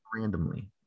randomly